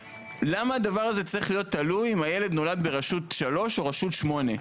למה הדבר הזה צריך להיות תלוי אם הילד נולד ברשות שלוש או רשות שמונה?